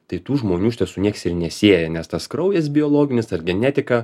tai tų žmonių iš tiesų nieks ir nesieja nes tas kraujas biologinis ar genetika